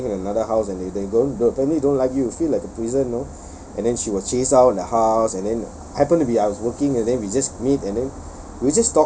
because she's staying another house the family don't like you feel like in prison you know and then she was chased out of the house and then happened to be I was working and then we just meet and then